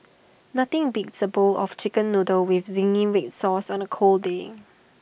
nothing beats A bowl of Chicken Noodles with Zingy Red Sauce on A cold day